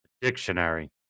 Dictionary